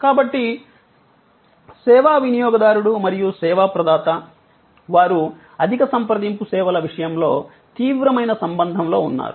కాబట్టి సేవా వినియోగదారుడు మరియు సేవా ప్రదాత వారు అధిక సంప్రదింపు సేవల విషయంలో తీవ్రమైన సంబంధంలో ఉన్నారు